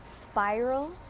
spiral